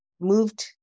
moved